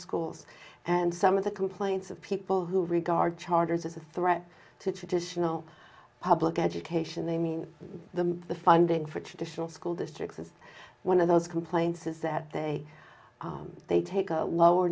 schools and some of the complaints of people who regard charters as a threat to traditional public education they mean the the funding for traditional school districts as one of those complaints is that they they take a lower